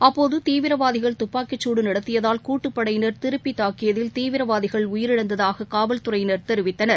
அப்போதுதீவிரவாதிகள் துப்பாக்கிச்சூடுநடத்தியதால் கூட்டுப்பளடயினர் திருப்பிதாக்கியதில் தீவிரவாதிகள் உயிரிழந்ததாககாவல்துறையினர் தெரிவித்தனர்